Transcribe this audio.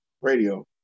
radio